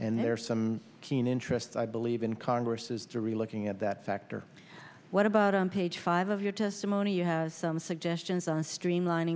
and there are some keen interest i believe in congress is to relooking at that factor what about on page five of your testimony you have some suggestions on streamlining